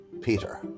Peter